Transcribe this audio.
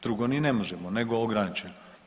Drugo i ne možemo nego ograničeno.